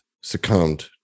succumbed